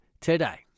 today